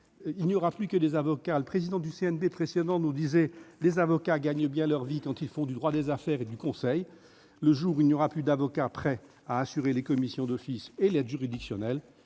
de survivre ! Le précédent président du CNB nous disait que les avocats gagnent bien leur vie quand ils font du droit des affaires et du conseil. Le jour où il n'y aura plus d'avocats prêts à assurer les commissions d'office et l'aide juridictionnelle,